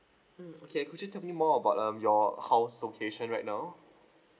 mm okay could you tell me more about um your house location right now